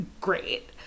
great